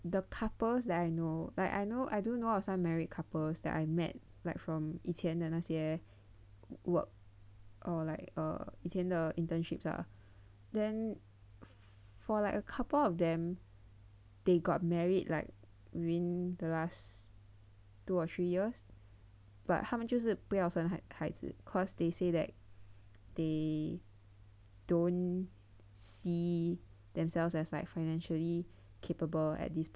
the couples that I know like I know I do know of some married couples that I met like from 以前的那些 work or like err 以前的 internships ah then for like a couple of them they got married like within the last two or three years but 他们就是不要生孩子 cause they say that they don't see themselves as like financially capable at this